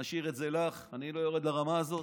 נשאיר את זה לך, אני לא יורד לרמה הזאת.